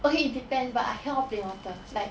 okay it depends but I cannot plain water like